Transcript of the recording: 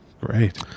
Great